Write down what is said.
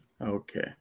Okay